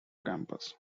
campus